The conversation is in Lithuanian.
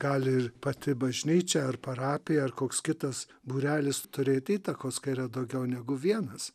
gali ir pati bažnyčia ar parapija ar koks kitas būrelis turėti įtakos kai yra daugiau negu vienas